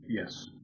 Yes